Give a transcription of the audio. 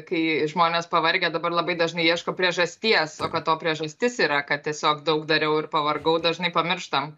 kai žmonės pavargę dabar labai dažnai ieško priežasties kad to priežastis yra kad tiesiog daug dariau ir pavargau dažnai pamirštam